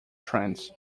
trends